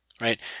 right